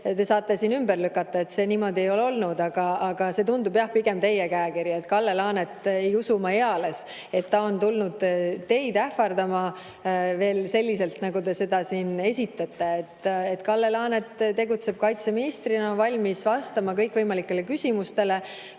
selle siin ümber lükata, et see niimoodi ei ole olnud. Aga see tundub, jah, pigem teie käekiri. Kalle Laanetist ei usu ma eales, et ta on tulnud teid ähvardama, veel selliselt, nagu te seda siin esitasite. Kalle Laanet tegutseb kaitseministrina ja ta on valmis vastama kõikvõimalikele küsimustele.